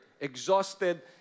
exhausted